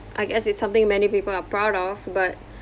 I guess it's something many people are proud of but